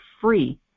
free